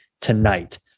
tonight